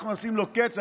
אנחנו נשים לו קץ.